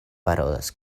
parolas